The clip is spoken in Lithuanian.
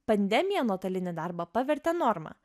pandemija nuotolinį darbą pavertė norma